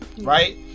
right